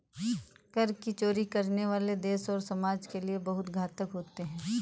कर की चोरी करने वाले देश और समाज के लिए बहुत घातक होते हैं